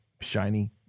shiny